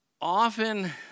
often